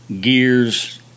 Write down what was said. gears